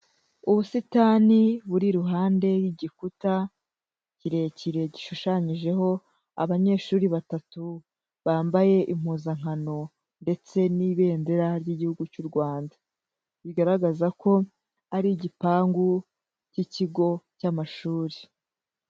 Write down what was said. Ubusitani buri iruhande y'igikuta kirekire gishushanyijeho abanyeshuri batatu bambaye impuzankano ndetse n'ibendera ry'Igihugu cy'u Rwanda, bigaragaza ko ari igipangu k'ikigo cy'amashuri.